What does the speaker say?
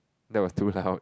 no is too loud